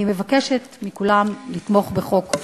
אני מבקשת מכולם לתמוך בחוק חשוב זה.